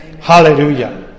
Hallelujah